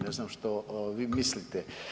Ne znam što vi mislite.